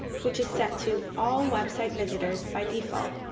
which is set to all website visitors by default.